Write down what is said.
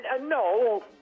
No